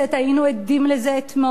היינו עדים לזה אתמול,